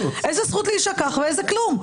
איזה זכות להישכח ואיזה כלום,